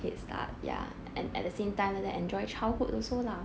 head start ya and at the same time let them enjoy childhood also lah